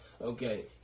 Okay